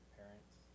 parents